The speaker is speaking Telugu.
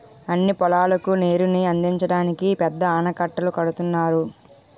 అన్ని పొలాలకు నీరుని అందించడానికి పెద్ద ఆనకట్టలు కడుతున్నారు